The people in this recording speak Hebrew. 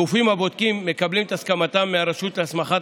הגופים הבודקים מקבלים את הסמכתם מהרשות להסמכת